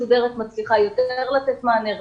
רשות מסודרת מצליחה לתת יותר מענה.